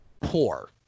poor